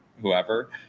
whoever